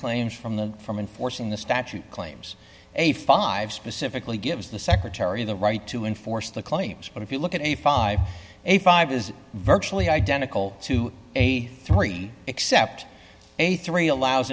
claims from the from enforcing the statute claims a five specifically gives the secretary the right to enforce the claims but if you look at a five a five is virtually identical to a three except a three allows